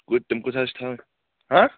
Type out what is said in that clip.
کوٗت تِم کوٗتاہ حظ چھِ تھاوٕنۍ